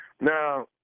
Now